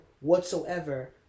whatsoever